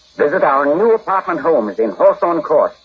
visit our new apartment homes in hawthorne court,